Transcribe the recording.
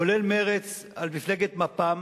כולל מרצ על מפלגת מפ"ם